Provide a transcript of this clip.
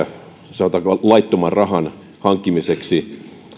sanotaanko laittoman rahan hankkimiseksi eli